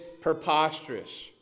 preposterous